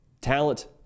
Talent